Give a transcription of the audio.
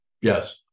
Yes